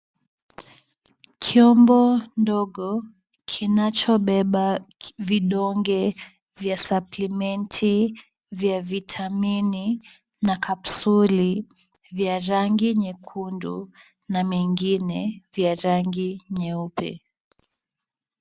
Chombo ndogo, kinachobeba vidonge vya saplimenti ya vitamini na kapsuli ya rangi nyekundu na mengine ya rangi nyeupe.